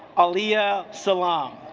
um illya salaam